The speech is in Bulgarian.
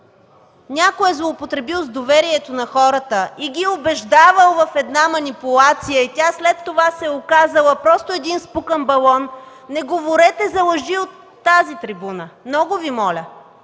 някой е злоупотребил с доверието на хората и ги е убеждавал в една манипулация и тя след това се е оказала просто един спукан балон, не говорете за лъжи от тази трибуна. ДОКЛАДЧИК